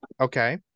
Okay